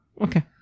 okay